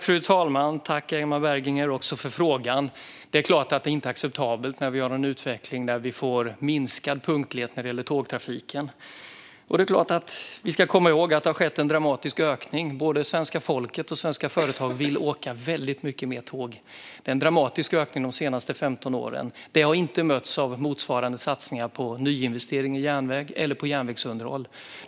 Fru talman! Tack, Emma Berginger, för frågan! Det är klart att det inte är acceptabelt med en utveckling mot minskad punktlighet i tågtrafiken. Vi ska komma ihåg att det har skett en dramatisk ökning i tågresandet. Både svenska folket och svenska företag vill åka väldigt mycket mer tåg. Det har varit en dramatisk ökning de senaste 15 åren som inte har mötts av motsvarande satsningar på nyinvestering i järnväg eller på järnvägsunderhåll.